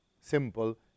simple